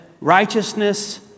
righteousness